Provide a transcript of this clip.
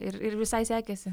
ir ir visai sekėsi